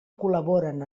col·laboren